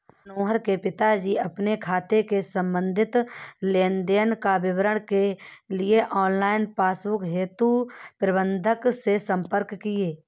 मनोहर के पिताजी अपने खाते से संबंधित लेन देन का विवरण के लिए ऑनलाइन पासबुक हेतु प्रबंधक से संपर्क किए